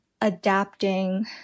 adapting